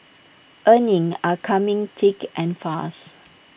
earnings are coming thick and fast